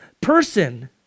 person